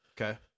Okay